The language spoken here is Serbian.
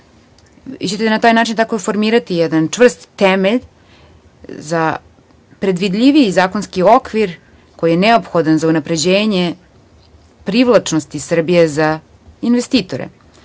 vi ćete na taj način tako formirati jedan čvrst temelj za predvidljiviji zakonski okvir, koji je neophodan za unapređenje privlačnosti Srbije za investitore. Dozvolite